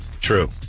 True